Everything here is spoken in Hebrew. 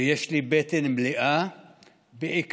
ויש לי בטן מלאה בעיקר